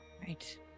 Right